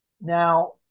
Now